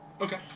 okay